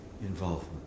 Involvement